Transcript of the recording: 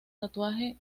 tatuaje